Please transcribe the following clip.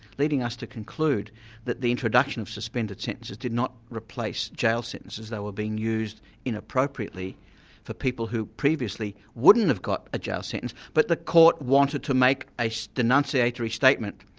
leading us to conclude that the introduction of suspended sentences did not replace jail sentences, that were being used inappropriately for people who previously wouldn't have got a jail sentence, but the court wanted to make a denunciatory statement,